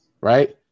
Right